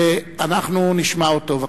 ואנחנו נשמע אותו.